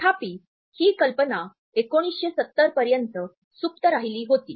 तथापि ही कल्पना १९७० पर्यंत सुप्त राहिली होती